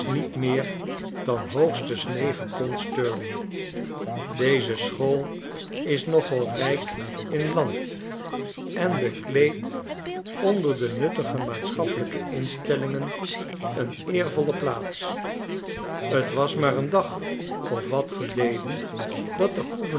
niet meer dan hoogstens negen pondi sterling deze school is nogal rijk in land en bekleedt onder de nuttige maatschappelijke insteliingen een eervolle plaats t was maar een dag of wat geleden dat de